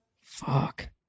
Fuck